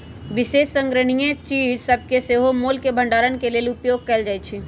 विशेष संग्रहणीय चीज सभके सेहो मोल के भंडारण के लेल उपयोग कएल जाइ छइ